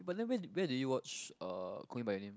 but then where where did you watch uh call me by your name